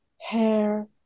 hair